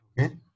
Okay